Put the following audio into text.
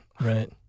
right